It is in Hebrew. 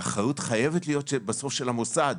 והאחריות חייבת להיות בסוף של המוסד,